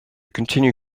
continue